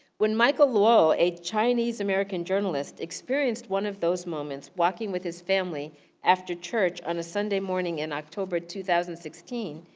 when michael luo, a chinese-american journalist experienced one of those moments walking with his family after church on a sunday morning in october two thousand and sixteen,